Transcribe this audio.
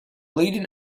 leading